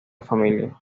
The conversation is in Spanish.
familia